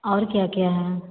और क्या क्या है